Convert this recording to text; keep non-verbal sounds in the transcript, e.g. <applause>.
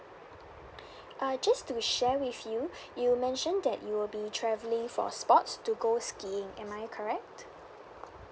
<breath> uh just to share with you you mentioned that you will be travelling for sports to go skiing am I correct